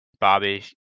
Bobby